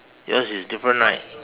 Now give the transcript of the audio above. yours is different right